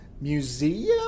museum